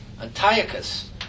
Antiochus